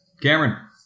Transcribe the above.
Cameron